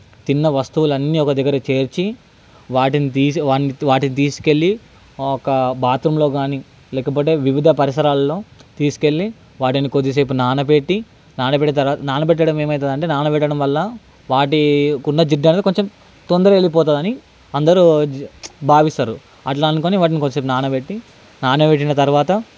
తిన్న వస్తువులన్నీ ఒక దగ్గర చేర్చి వాటిని తీసు వాటి వాటిని తీసుకెళ్ళి ఒక బాత్రూంలో కాని లేకపోతే వివిధ పరిసరాలలో తీసుకెళ్ళి వాటిని కొద్దిసేపు నానబెట్టి నానబెడితే నానబెట్టడం ఏమవుతుంది అంటే నానబెట్టడం వల్ల వాటికున్న జిడ్డు అనేది కొంచెం తొందరగా వెళ్ళిపోతుంది అని అందరు భావిస్తారు అట్లా అనుకొని వాటిని కొద్దిసేపు నానబెట్టి నానబెట్టిన తర్వాత